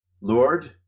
Lord